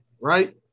right